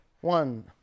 one